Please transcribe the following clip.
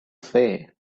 say